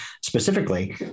specifically